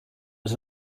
was